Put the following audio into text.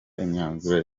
imyanzuro